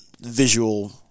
visual